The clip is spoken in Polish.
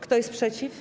Kto jest przeciw?